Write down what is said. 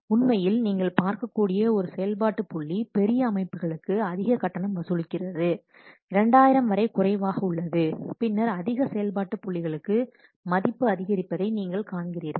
உண்மையில் நீங்கள் பார்க்கக்கூடிய ஒரு செயல்பாட்டு புள்ளி பெரிய அமைப்புகளுக்கு அதிக கட்டணம் வசூலிக்கிறது 2000 வரை குறைவாக உள்ளது பின்னர் அதிக செயல்பாட்டு புள்ளிகளுக்கு மதிப்பு அதிகரிப்பதை நீங்கள் காண்கிறீர்கள்